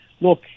look